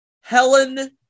Helen